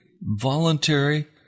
voluntary